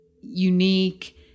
unique